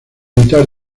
militar